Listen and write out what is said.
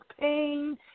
pain